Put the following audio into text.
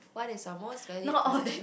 what is your valued possession